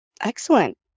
Excellent